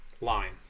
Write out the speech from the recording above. line